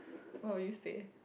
oh you said